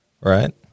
right